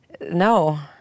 No